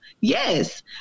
Yes